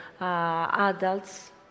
adults